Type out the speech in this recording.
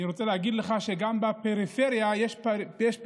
אני רוצה להגיד לך שגם בפריפריה יש פריפריה,